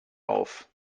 auf